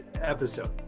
episode